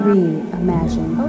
Reimagine